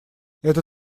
это